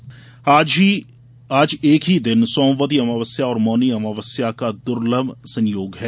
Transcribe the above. सोमवती अमावस्या आज एक ही दिन सोमवती अमावस्या और मौनी अमावस्या का दुर्लभ संयोग है